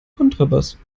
kontrabass